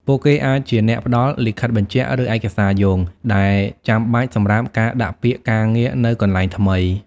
ពួកគេអាចជាអ្នកផ្តល់ លិខិតបញ្ជាក់ ឬឯកសារយោង ដែលចាំបាច់សម្រាប់ការដាក់ពាក្យការងារនៅកន្លែងថ្មី។